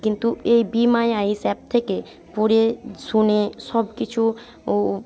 কিন্তু এই Be My Eyes app থেকে পড়ে শুনে সব কিছু ও